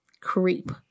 Creep